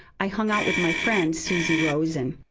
i hung out with my friend susie rosen.